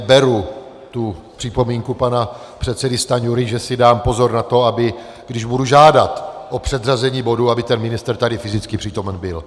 Nicméně beru tu připomínku pana předsedy Stanjury, že si dám pozor na to, aby když budu žádat o předřazení bodu, aby ten ministr tady fyzicky přítomen byl.